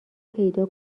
پیدا